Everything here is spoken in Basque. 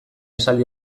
esaldi